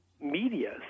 media